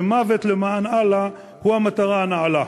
ומוות למען אללה הוא המטרה הנעלה".